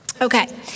Okay